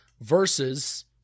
Versus